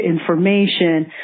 information